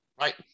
Right